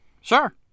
sure